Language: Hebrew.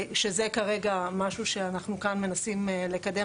שזה כרגע משהו שאנחנו כאן מנסים לקדם,